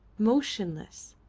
motionless,